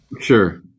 Sure